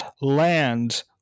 land